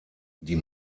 die